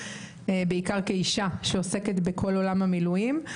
בעיקר כאישה שעוסקת בכל עולם המילואים.